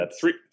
Three